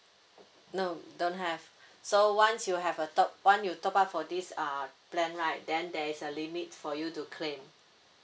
no don't have so once you have a top once you top up for this uh plan right then there is a limit for you to claim